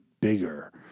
bigger